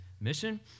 mission